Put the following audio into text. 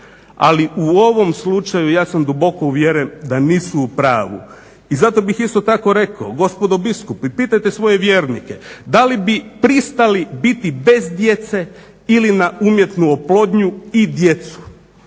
Ali u ovom slučaju ja sam duboko uvjeren da nisu u pravu. I zato bih isto tako rekao gospodo biskupi pitajte svoje vjernike da li bi pristali biti test djece ili na umjetnu oplodnju i djecu,